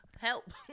Help